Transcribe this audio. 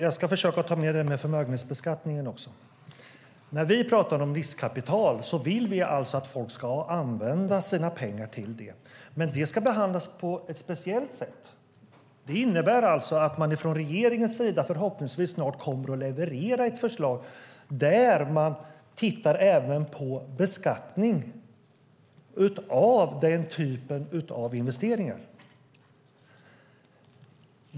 Herr talman! Jag ska försöka att också ta med frågan om förmögenhetsbeskattningen. Vi vill att folk ska använda sina pengar till riskkapital, men detta ska behandlas på ett speciellt sätt. Det innebär förhoppningsvis att man från regeringens sida snart kommer att leverera ett förslag där man även tittar på beskattning av den typen av investeringar.